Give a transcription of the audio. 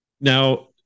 Now